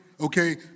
okay